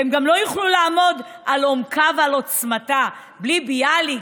והם גם לא יוכלו לעמוד על עומקה ועוצמתה בלי ביאליק,